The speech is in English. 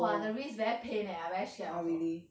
!wah! the wrist very pain eh I very scared also